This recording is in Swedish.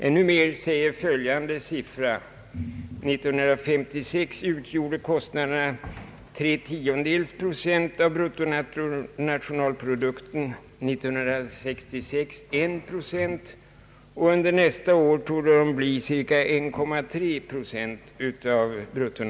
Ännu mer säger följande siffror: 1956 utgjorde kostnaderna tre tiondels procent av bruttonationalprodukten, 1966 en procent, och under nästa år torde det bli cirka 1,3 procent.